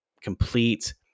complete